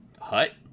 hut